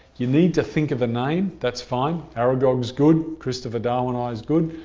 you need to think of a name that's fine. aragog is good. christopher darwini is good.